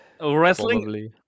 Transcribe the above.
wrestling